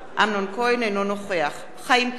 אינו נוכח חיים כץ,